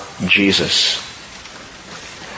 Jesus